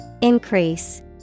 Increase